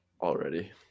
already